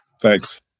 Thanks